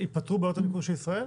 ייפתרו בעיות הניקוז של ישראל?